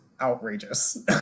outrageous